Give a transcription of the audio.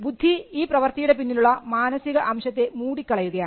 ബുദ്ധി ഈ പ്രവർത്തിയുടെ പിന്നിലുള്ള മാനസിക അംശത്തെ മൂടി കളയുകയാണ്